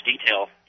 detail